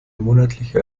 monatliche